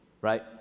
right